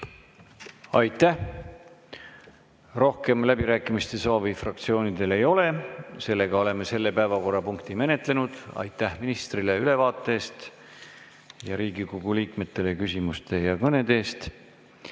Aitäh! Rohkem läbirääkimiste soovi fraktsioonidel ei ole. Oleme selle päevakorrapunkti menetlenud. Aitäh ministrile ülevaate eest ja Riigikogu liikmetele küsimuste ja kõnede eest!